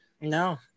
No